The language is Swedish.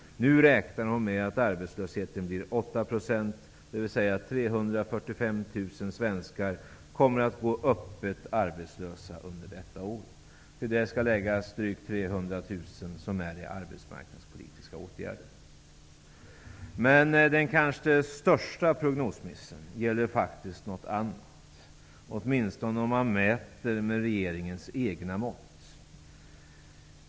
Nu räknar hon med att arbetslösheten blir 8 %, dvs. att 345 000 svenskar kommer att vara öppet arbetslösa under detta år. Till detta skall läggas drygt 300 000 personer som finns i arbetsmarknadspolitiska åtgärder. Den kanske största prognosmissen gäller faktiskt någonting annat, åtminstone om man mäter med regeringens egna mått.